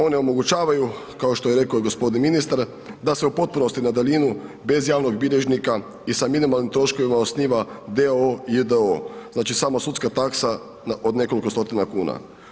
One omogućavaju kao što rekao i gospodin ministar da se u potpunosti na daljinu bez javnog bilježnika i sa minimalnim troškovima osniva d.o.o. i j.d.o. znači samo sudska taksa od nekoliko stotina kuna.